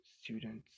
students